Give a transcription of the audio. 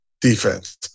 defense